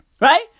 Right